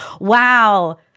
Wow